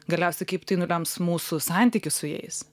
galiausiai kaip tai nulems mūsų santykį su jais